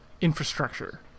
infrastructure